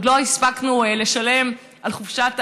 פסח ועוד לא הספקנו לשלם על חופשת